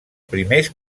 primers